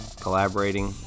collaborating